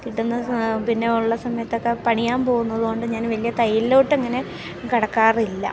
കിട്ടുന്ന പിന്നെ ഉള്ള സമയത്ത് ഒക്കെ പണിയാമ്പോക്ന്നത് കൊണ്ട് ഞാൻ വലിയ തയ്യൽലോട്ടങ്ങനെ കടക്കാറില്ല